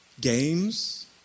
Games